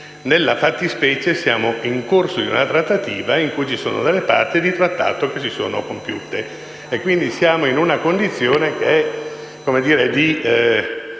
Nella fattispecie, siamo nel corso di una trattativa in cui ci sono delle parti di Trattato che non sono compiute, quindi siamo in una condizione che è di